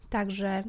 Także